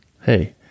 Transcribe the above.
Hey